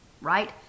right